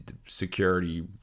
security